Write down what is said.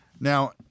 Now